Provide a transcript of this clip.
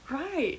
right